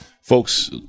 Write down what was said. folks